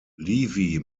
livy